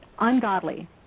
ungodly